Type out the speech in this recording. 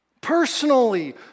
personally